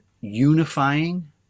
unifying